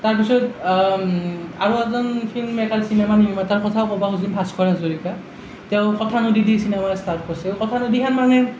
তাৰ পিছত আৰু এজন ফিল্ম মেকাৰ চিনেমা নিৰ্মাতাৰ কথাও ক'ব খুজিম ভাস্কৰ হাজৰিকা তেওঁ কথানদী দি চিনেমা ষ্টাৰ্ট কৰিছিল কথানদীখন মানে